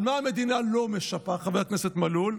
על מה המדינה לא משפה, חבר הכנסת מלול?